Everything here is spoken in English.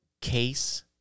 case